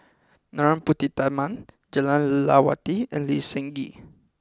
Narana Putumaippittan Jah Lelawati and Lee Seng Gee